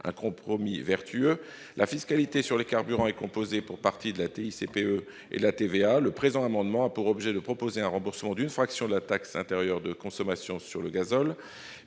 un compromis vertueux. La fiscalité sur les carburants est composée pour partie de la TICPE et de la TVA. Le présent amendement a pour objet un remboursement d'une fraction de la taxe intérieure de consommation sur le gazole